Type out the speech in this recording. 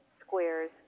squares